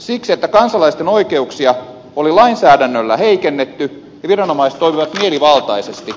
siksi että kansalaisten oikeuksia oli lainsäädännöllä heikennetty ja viranomaiset toimivat mielivaltaisesti